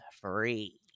Free